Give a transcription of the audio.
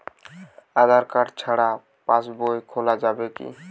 আধার card ছাড়া পাশবই খোলা যাবে কি?